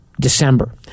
December